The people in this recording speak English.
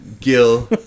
Gil